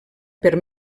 per